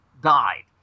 died